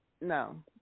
no